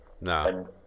No